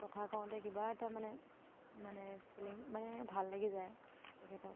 কথা কওঁতে কিবা এটা মানে মানে ফিলিং মানে ভাল লাগি যায় তেখেতক